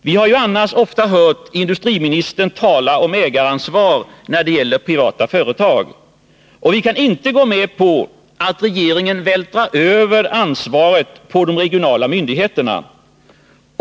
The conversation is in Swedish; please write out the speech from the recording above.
Vi har ju annars ofta hört industriministern tala om ägaransvar, när det gäller privata företag. Vi kan inte gå med på att regeringen vältrar över ansvaret på de regionala myndigheterna.